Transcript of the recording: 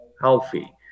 healthy